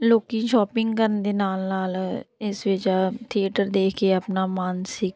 ਲੋਕ ਸ਼ੋਪਿੰਗ ਕਰਨ ਦੇ ਨਾਲ ਨਾਲ ਇਸ ਵਿੱਚ ਥੀਏਟਰ ਦੇਖ ਕੇ ਆਪਣਾ ਮਾਨਸਿਕ